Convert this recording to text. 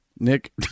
Nick